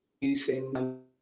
using